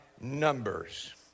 numbers